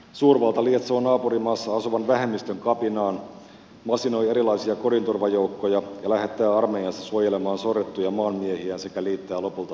suurvalta lietsoo naapurimaassa asuvan vähemmistön kapinaan masinoi erilaisia kodinturvajoukkoja ja lähettää armeijansa suojelemaan sorrettuja maanmiehiään sekä liittää lopulta alueet itseensä